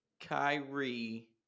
Kyrie